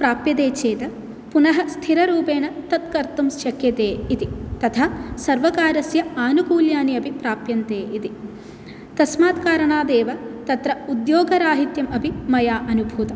प्राप्यते चेत् पुनः स्थिररूपेण तत् कर्तुं शक्यते इति तथा सर्वकारस्य आनुकूल्यानि अपि प्राप्यन्ते इति तस्मात् कारणात् एव तत्र उद्योगराहित्यम् अपि मया अनुभूतम्